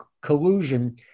collusion